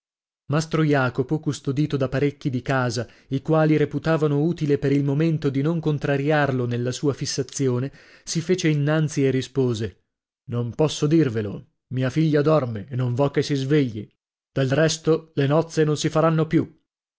mastro jacopo custodito da parecchi di casa i quali reputavano utile per il momento di non contrariarlo nella sua fissazione si fece innanzi e rispose non posso dirvelo mia figlia dorme e non vo che si svegli del resto le nozze non si faranno più